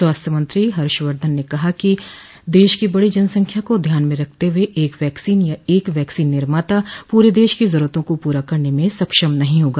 स्वास्थ्य मंत्री हर्षवर्धन ने कहा कि देश की बड़ी जनसंख्या को ध्यान में रखते हुए एक वैक्सीन या एक वैक्सीन निर्माता पूरे देश की जरूरतों को पूरा करने में सक्षम नहीं होगा